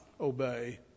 obey